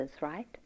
right